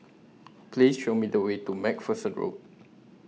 Please Show Me The Way to MacPherson Road